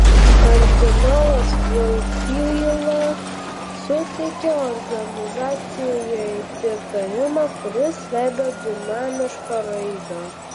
kardinolas voityla suteikė organizacijai pritarimą kuris leido dinamišką raidą